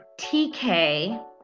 TK